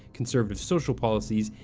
conservative social policies,